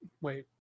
Wait